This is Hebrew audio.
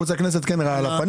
ערוץ הכנסת כן מראה על המסך,